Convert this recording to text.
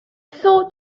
thought